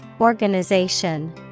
Organization